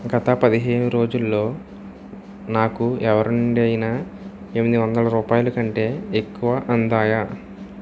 గత పదిహేను రోజుల్లో నాకు ఎవరి నుండి అయినా ఎనిమిది వందల రూపాయల కంటే ఎక్కువ అందాయా